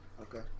Okay